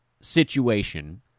situation